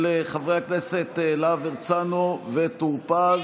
של חברי הכנסת להב הרצנו וטור פז.